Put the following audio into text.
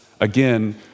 again